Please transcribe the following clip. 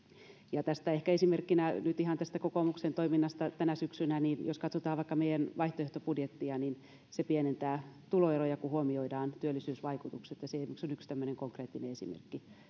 ehkä nyt ihan esimerkkinä kokoomuksen toiminnasta tänä syksynä jos katsotaan vaikka meidän vaihtoehtobudjettiamme niin se pienentää tuloeroja kun huomioidaan työllisyysvaikutukset se esimerkiksi on yksi tämmöinen konkreettinen